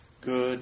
good